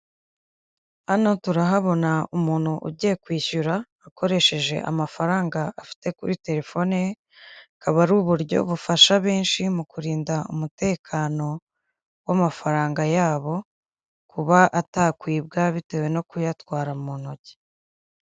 Hano turahabona umuntu ugiye kwishyura akoresheje amafaranga afite kuri telefone ye, bukaba ari uburyo bufasha benshi mu kurinda umutekano w'amafaranga yabo kuba atakwibwa bitewe no kuyatwara mu ntoki.